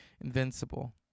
Invincible